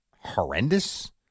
horrendous